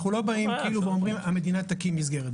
אנחנו לא באים ואומרים שהמדינה תקים מסגרת,